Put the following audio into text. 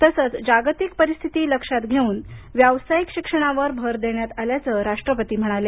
तसंच जागतिक परिस्थिती लक्षात घेऊन व्यावसायिक शिक्षणावर भर देण्यात आल्याचं राष्ट्रपती म्हणाले